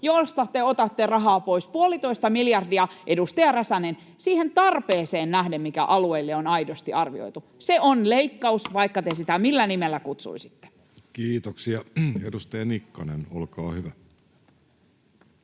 joilta te otatte rahaa pois puolitoista miljardia, edustaja Räsänen, siihen tarpeeseen nähden, mikä alueille on aidosti arvioitu. Se on leikkaus, vaikka te sitä millä nimellä kutsuisitte. Kiitoksia. — Edustaja Nikkanen, olkaa hyvä.